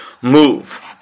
move